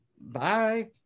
bye